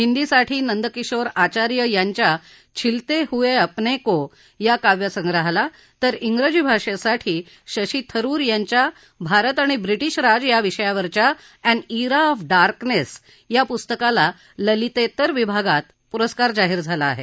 हिंदीसाठी नंदकिशोर आचार्य यांच्या छिलते हुए अपनें को या काव्यसंग्रहाला पुरस्कार जाहीर झाला आहे तर इंग्रजी भाषेसाठी शशी थरुर यांच्या भारत आणि ब्रिटीश राज या विषयावरच्या अँन इरा ऑफ डार्कनेस या पुस्तकाला ललितेतर विभागात पुरस्कार जाहीर आहे